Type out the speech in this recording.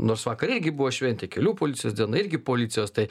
nors vakar irgi buvo šventė kelių policijos diena irgi policijos tai